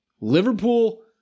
Liverpool